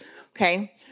okay